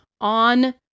on